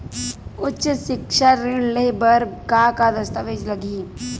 उच्च सिक्छा ऋण ले बर का का दस्तावेज लगही?